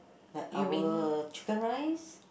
like our chicken rice